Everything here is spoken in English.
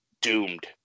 doomed